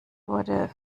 wurde